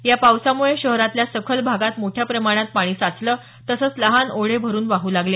या पावसामुळे शहरातल्या सखल भागात मोठ्या प्रमाणात पाणी साचलं तसंच लहान ओढे भरून वाहू लागले